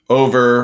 over